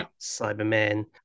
Cybermen